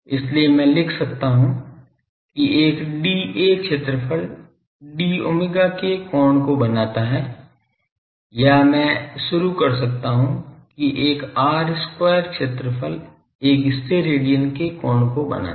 इसलिए मैं लिख सकता हूं कि एक dA क्षेत्रफल d omega के कोण को बनाता है या मैं शुरू कर सकता हूं कि एक r square क्षेत्रफल एक स्टेरियन के कोण को बनाता है